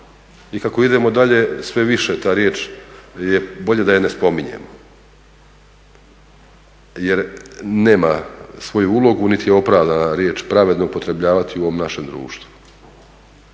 I kako idemo dalje sve više je ta riječ, bolje da je ne spominjemo. Jer nema svoju ulogu niti je opravdana riječ pravedno upotrebljavati u ovom našem društvu.